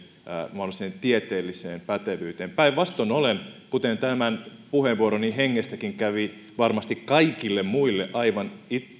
mahdolliseen tieteelliseen pätevyyteen päinvastoin kuten puheenvuoroni hengestäkin kävi kaikille muille aivan